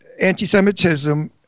anti-Semitism